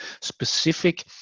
specific